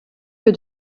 que